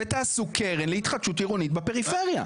ותעשו קרן להתחדשות עירונית בפריפריה.